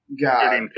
God